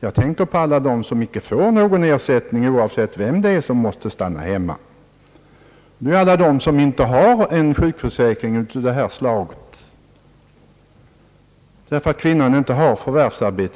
Jag tänker på alla dem som inte har en sjukförsäkring av detta slag och som därför inte får någon ersättning, oavsett vem som måste stanna hemma, på grund av att kvinnan inte har något förvärvsarbete.